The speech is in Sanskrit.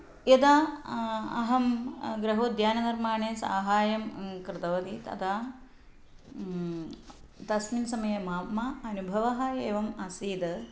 यदा अहं गृहोद्याननिर्माणे साहाय्यं कृतवती तदा तस्मिन् समये मम अनुभवः एवम् आसीद्